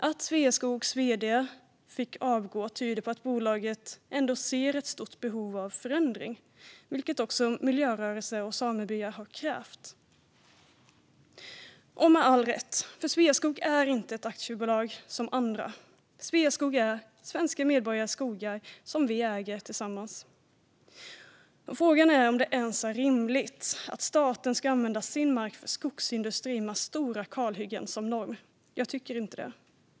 Att Sveaskogs vd fick avgå tyder på att bolaget ändå ser ett stort behov av förändring, vilket också miljörörelsen och samebyar har krävt - med all rätt, för Sveaskog är inte ett aktiebolag som andra. Sveaskog är svenska medborgares skogar, som vi äger tillsammans. Frågan är om det ens är rimligt att staten ska använda sin mark för skogsindustri med stora kalhyggen som norm. Jag tycker inte det.